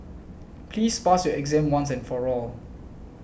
please pass your exam once and for all